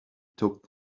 took